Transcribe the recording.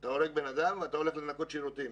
אתה הורג בן אדם, אתה הולך לנקות שירותים.